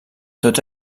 tots